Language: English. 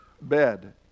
bed